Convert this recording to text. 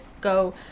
go